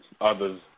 others